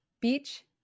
Beach